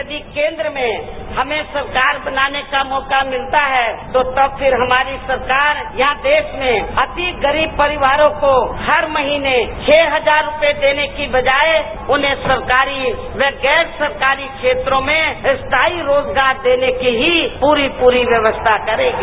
यदि केंद्र में हमें सरकार बनाने का मौका मिलता है तो तब फिर हमारी सरकार यहां देश में अति गरीब परिवारों को हर महीने छह हजार रूपये देने की बजाये उन्हें सरकारी व गैर सरकारी क्षेत्रों में स्थाई रोजगार देने की ही पूरी पूरी व्यवस्था करेंगे